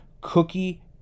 cookie